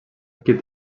qui